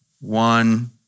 One